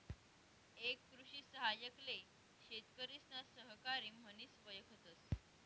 एक कृषि सहाय्यक ले शेतकरिसना सहकारी म्हनिस वयकतस